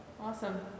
Awesome